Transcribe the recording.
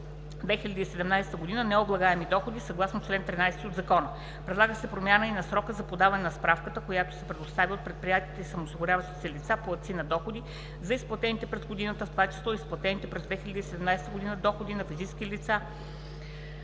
2017 г., необлагаеми доходи съгласно чл. 13 от Закона. Предлага се промяна на срока за подаване на справката, която се предоставя от предприятията и самоосигуряващите се лица – платци на доходи, за изплатените през годината, в това число и изплатените през 2017 г., доходи на физическите лица